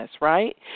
right